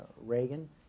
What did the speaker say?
Reagan